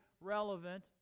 relevant